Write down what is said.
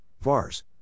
VARs